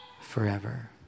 forever